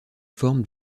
forme